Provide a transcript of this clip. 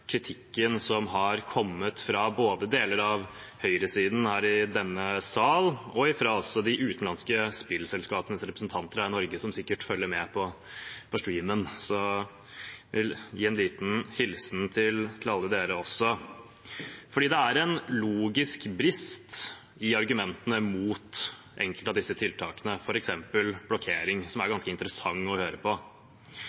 kritikken som har kommet både fra deler av høyresiden her i denne sal og fra de utenlandske spillselskapenes representanter her i Norge som sikkert følger med på «stream»-en, og gi en liten hilsen til alle dem også. Det er en logisk brist i argumentene mot enkelte av disse tiltakene, f.eks. blokkering, som det er